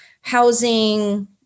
housing